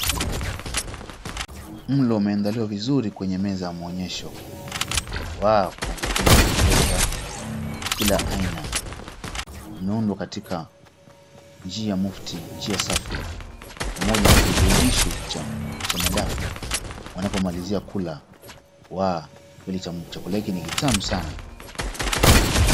Mlo umeandaliwa vizuri kwenye meza ya mwonyesho, kuna vyakula vya kupendeza ya kila aina umeundwa katika njia mufti, njia safi pamoja na kiburudishi cha madafu wanapomalizia kula, chakula hiki ni kitamu sana.